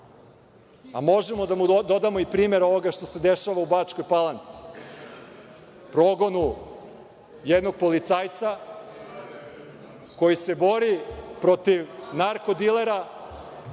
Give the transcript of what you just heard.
a možemo da mu dodamo i primer ovoga što se dešava u Bačkoj Palanci, progonu jednog policajca koji se bori protiv narko dilera,